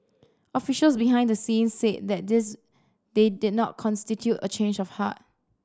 officials behind the scenes said that this they did not constitute a change of heart